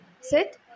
Sit